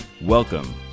Welcome